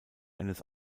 eines